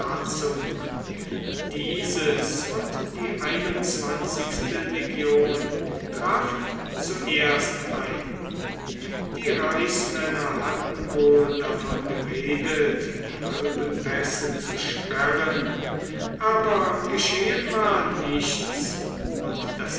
dieses und die legion trafen zuerst ein die reichsmänner hatten wohl davon geredet die alpenpässe zu sperren aber geschehen war nichts und das